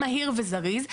מהיר וזריז,